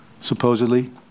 supposedly